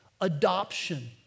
adoption